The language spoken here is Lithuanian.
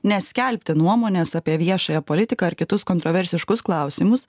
neskelbti nuomonės apie viešąją politiką ar kitus kontroversiškus klausimus